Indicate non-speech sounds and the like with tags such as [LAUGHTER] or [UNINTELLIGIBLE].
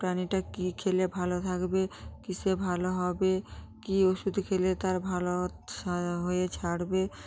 প্রাণীটা কী খেলে ভালো থাকবে কিসে ভালো হবে কী ওষুধ খেলে তার ভালো হতো [UNINTELLIGIBLE] হয়ে ছাড়বে